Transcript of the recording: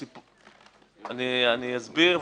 אני אסביר,